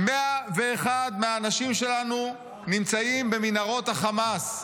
101 מהאנשים שלנו נמצאים במנהרות החמאס.